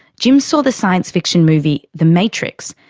jim saw the science fiction movie the matrix,